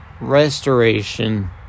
Restoration